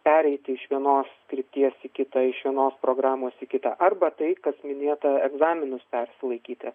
pereiti iš vienos kryptie į kitą iš vienos programos į kitą arba tai kas minėta egzaminus persilaikyti